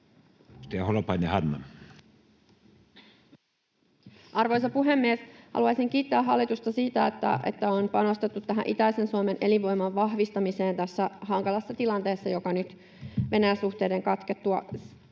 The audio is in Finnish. Arvoisa puhemies! Haluaisin kiittää hallitusta siitä, että on panostettu itäisen Suomen elinvoiman vahvistamiseen tässä hankalassa tilanteessa, joka nyt Venäjä-suhteiden katkettua itäisessä